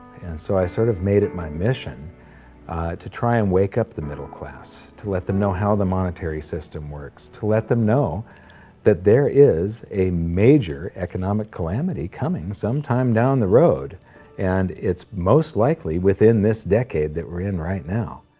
and so i sort of made it my mission to try and wake up the middle class, to let them know how the monetary system works to let them know that there is a major economic calamity coming sometime down the road and it's most likely within this decade that we're in right now